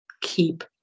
Keep